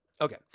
Okay